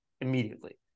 immediately